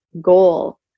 goal